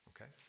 okay